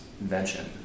invention